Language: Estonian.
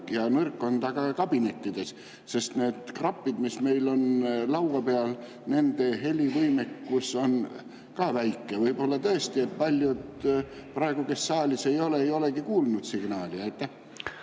ja nõrk on ta ka kabinettides, sest need krapid, mis meil on laua peal, nende helivõimekus on väike. Võib-olla tõesti paljud, kes saalis ei ole, ei olegi kuulnud signaali. Aitäh!